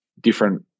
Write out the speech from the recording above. different